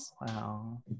Wow